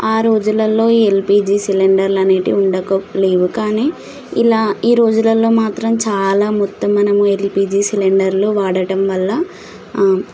ఆ రోజులల్లో ఎల్పిజి సిలిండర్లు అనేటివి ఉండక లేవు కానీ ఇలా ఈ రోజులల్లో మాత్రం చాలా మొత్తం మనము ఎల్పిజి సిలిండర్లు వాడటం వల్ల